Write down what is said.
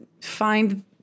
find